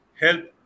help